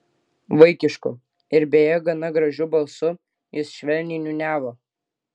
vaikišku ir beje gana gražiu balsu jis švelniai niūniavo